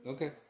Okay